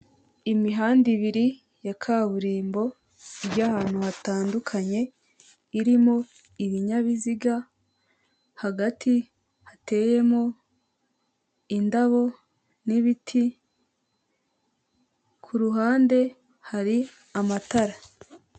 Imihanda ibiri ya kaburimbo ijya ahantu hatandukanye irimo ibinyabiziga hagati hateyemo indabo n'ibiti kuruhande hari amatara.